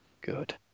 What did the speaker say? Good